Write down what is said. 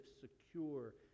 secure